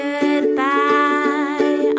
Goodbye